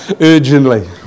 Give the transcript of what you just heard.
urgently